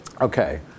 Okay